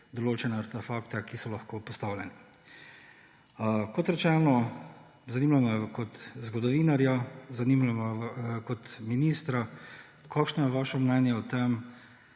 določene artefakte, ki so lahko postavljeni. Kot rečeno, zanima me kot zgodovinarja, zanima me kot ministra, kakšno je vaše mnenje o tem.